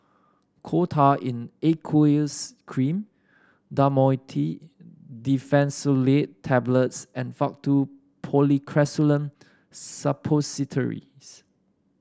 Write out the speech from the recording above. Coal Tar in Aqueous Cream Dhamotil Diphenoxylate Tablets and Faktu Policresulen Suppositories